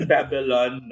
Babylon